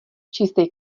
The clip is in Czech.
čistej